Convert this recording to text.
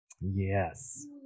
Yes